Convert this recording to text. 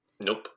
Nope